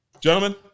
Gentlemen